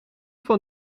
van